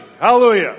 Hallelujah